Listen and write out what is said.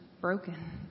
broken